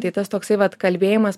tai tas toksai vat kalbėjimas